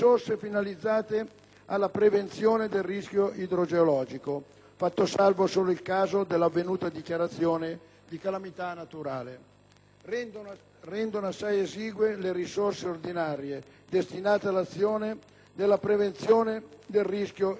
alla prevenzione del rischio idrogeologico (fatto salvo solo il caso dell'avvenuta dichiarazione di calamità naturale), rendono assai esigue le risorse ordinarie destinate all'azione della prevenzione del rischio idrogeologico.